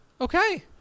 Okay